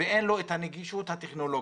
ואין לו הנגישות הטכנולוגית,